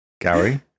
Gary